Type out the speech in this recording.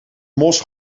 mos